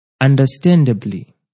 Understandably